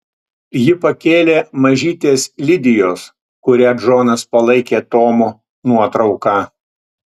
ji pakėlė mažytės lidijos kurią džonas palaikė tomu nuotrauką